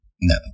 No